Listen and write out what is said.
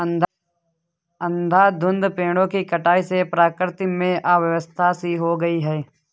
अंधाधुंध पेड़ों की कटाई से प्रकृति में अव्यवस्था सी हो गई है